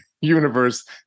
universe